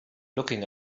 looking